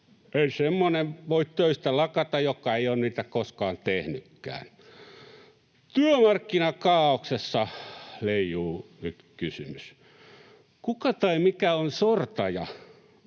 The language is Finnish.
”Ei semmonen voi töistä lakata, joka ei niitä koskaan ole tehnykkän.” Työmarkkinakaaoksessa leijuu nyt kysymys: kuka tai mikä on sortaja?